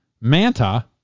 Manta